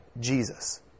Jesus